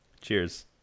cheers